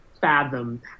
fathom